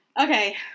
Okay